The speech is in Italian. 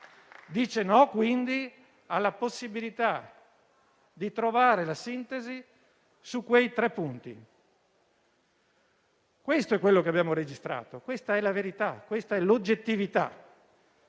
e, quindi, alla possibilità di trovare la sintesi su quei tre punti. Questo è ciò che abbiamo registrato, questa è la verità oggettiva.